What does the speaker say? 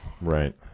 Right